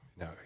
No